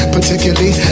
Particularly